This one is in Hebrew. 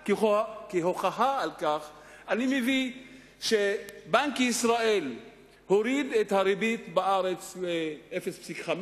כהוכחה לכך אני אומר שבנק ישראל הוריד את הריבית בארץ ל-0.5%,